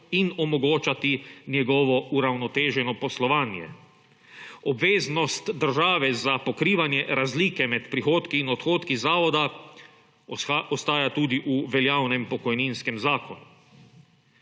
in omogočati njegovo uravnoteženo poslovanje. Obveznost države za pokrivanje razlike med prihodki in odhodki zavoda ostaja tudi v veljavnem pokojninskem zakonu.